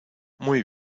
muy